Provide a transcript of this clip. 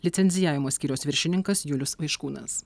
licencijavimo skyriaus viršininkas julius vaiškūnas